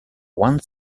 one